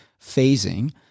phasing